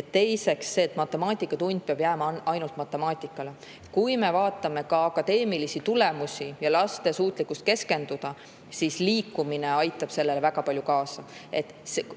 Teiseks [väide], et matemaatikatund peab jääma ainult matemaatikale. Aga kui me vaatame akadeemilisi tulemusi ja laste suutlikkust keskenduda, siis liikumine aitab sellele väga palju kaasa.